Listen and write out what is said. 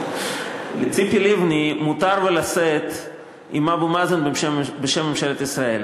לציפי לבני מותר לשאת ולתת עם אבו מאזן בשם ממשלת ישראל,